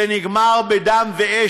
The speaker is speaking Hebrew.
זה נגמר בדם ואש.